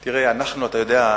אתה יודע,